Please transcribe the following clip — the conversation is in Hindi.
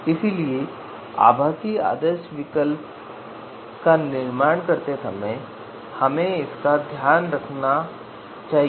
इसलिए आभासी आदर्श विकल्प का निर्माण करते समय इसका ध्यान रखा जाना चाहिए